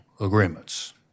agreements